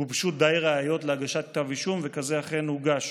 גובשו די ראיות להגשת כתב אישום, וכזה אכן הוגש.